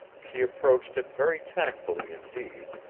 she approached it very tactfully indeed,